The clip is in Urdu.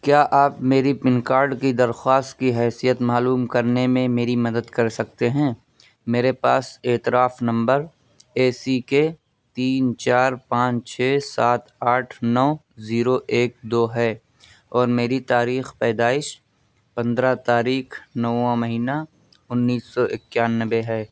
کیا آپ میری پن کارڈ کی درخواست کی حیثیت معلوم کرنے میں میری مدد کر سکتے ہیں میرے پاس اعتراف نمبر اے سی کے تین چار پانچ چھ سات آٹھ نو زیرو ایک دو ہے اور میری تاریخ پیدائش پندرہ تاریخ نواں مہینہ انیس سو اکیانوے ہے